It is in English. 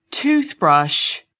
Toothbrush